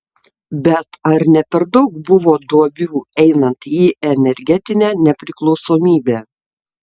bet ar ne per daug buvo duobių einant į energetinę nepriklausomybę